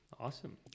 awesome